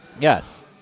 Yes